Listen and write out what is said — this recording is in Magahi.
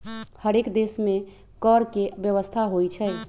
हरेक देश में कर के व्यवस्था होइ छइ